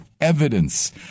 evidence